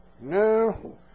No